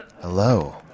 Hello